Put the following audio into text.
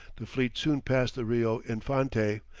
the fleet soon passed the rio infante,